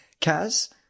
Kaz